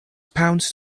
pounced